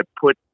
put